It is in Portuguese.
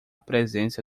presença